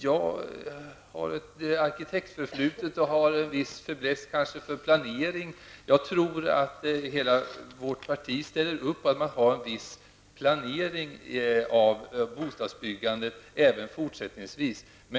Jag har ett arkitektförflutet och har en viss faiblesse för planering. Jag tror att hela vårt parti ställer upp på att man har en viss planering av bostadsbyggandet även fortsättningsvis.